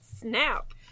snap